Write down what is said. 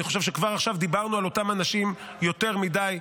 אני חושב שכבר עכשיו דיברנו על אותם אנשים יותר מדי,